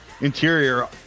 Interior